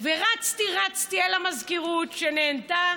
ורצתי רצתי אל המזכירות, והיא נענתה.